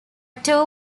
two